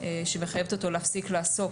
שמחייבת אותו להפסיק לעסוק,